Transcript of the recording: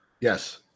Yes